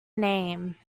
name